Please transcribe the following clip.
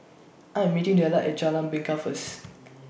I Am meeting Dellar At Jalan Bingka First